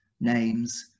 names